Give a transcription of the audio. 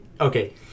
okay